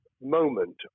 moment